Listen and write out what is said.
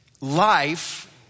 Life